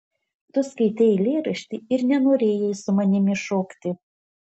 tu skaitei eilėraštį ir nenorėjai su manimi šokti